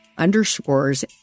Underscores